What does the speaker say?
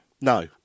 No